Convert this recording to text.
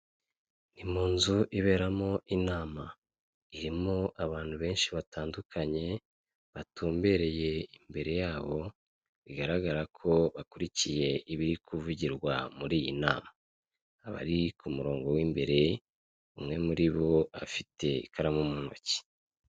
Ni mu nzu iberamo inama irimo abantu benshi batandukanye batumbereye imbere yabo bigaragara ko bakurikiye ibiri kuvugirwa muri iyi nama, abari k'umurongo w'imbere umwe muri bo afite ikaramu mu ntoki.